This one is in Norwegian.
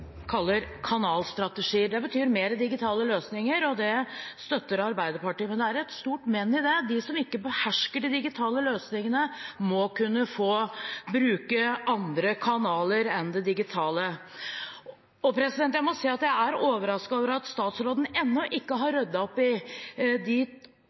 kaller kanalstrategi. Det betyr mer digitale løsninger, og det støtter Arbeiderpartiet. Men det er et stort men i det: De som ikke behersker de digitale løsningene, må kunne få bruke andre kanaler enn de digitale. Jeg må si at jeg er overrasket over at statsråden ennå ikke har